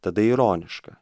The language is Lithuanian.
tada ironiška